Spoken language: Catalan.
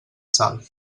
salt